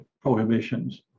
prohibitions